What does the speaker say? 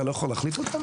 אתה לא יכול להחליף אותם?